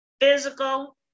physical